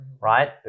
right